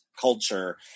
culture